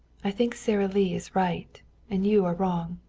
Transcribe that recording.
i think sara lee is right and you are wrong.